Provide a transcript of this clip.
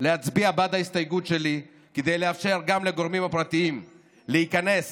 להצביע בעד ההסתייגות שלי כדי לאפשר גם לגורמים הפרטיים להיכנס